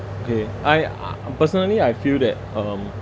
okay I personally I feel that um